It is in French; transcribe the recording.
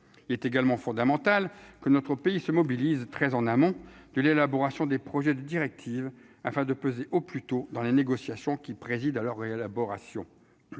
il est également fondamental que notre pays se mobilise, très en amont de l'élaboration des projets de directives afin de peser au plus tôt, dans les négociations qui préside à leur élaboration je dirais